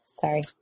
Sorry